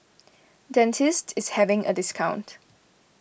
Dentiste is having a discount